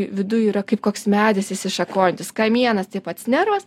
viduj yra kaip koks medis išsišakojantis kamienas tai pats nervas